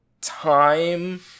time